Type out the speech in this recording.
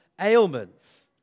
ailments